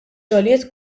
xogħlijiet